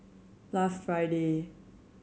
last Friday